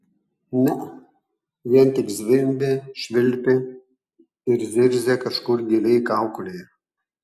ne vien tik zvimbė švilpė ir zirzė kažkur giliai kaukolėje